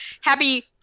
Happy